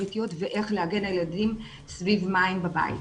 ביתיות ואיך להגן על הילדים סביב מים בבית.